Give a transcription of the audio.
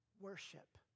Worship